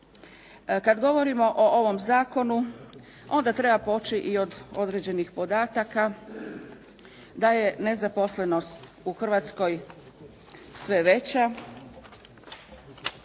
Kada govorimo o ovom zakonu onda treba poći i od određenih podataka da je nezaposlenost u Hrvatskoj sve veća